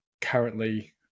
currently